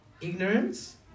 Ignorance